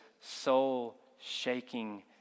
soul-shaking